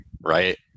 right